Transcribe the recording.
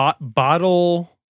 bottle